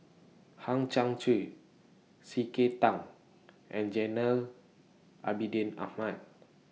Hang Chang Chieh C K Tang and Jainal Abidin Ahmad